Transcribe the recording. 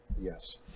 Yes